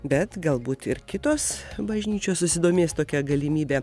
bet galbūt ir kitos bažnyčios susidomės tokia galimybe